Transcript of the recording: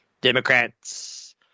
Democrats